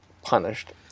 punished